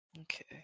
okay